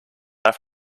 have